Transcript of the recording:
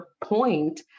point